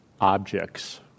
objects